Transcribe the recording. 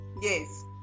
Yes